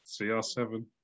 CR7